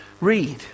read